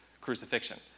crucifixion